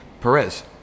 Perez